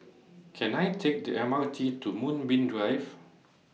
Can I Take The M R T to Moonbeam Drive